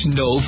no